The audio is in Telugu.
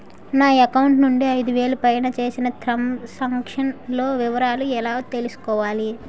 నా అకౌంట్ నుండి ఐదు వేలు పైన చేసిన త్రం సాంక్షన్ లో వివరాలు ఎలా తెలుసుకోవాలి?